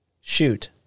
shoot